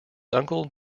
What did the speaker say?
uncle